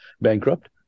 bankrupt